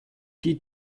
die